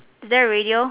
is there a radio